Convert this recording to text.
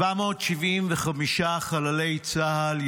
775 חללי צה"ל.